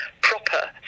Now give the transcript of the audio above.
proper